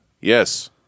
yes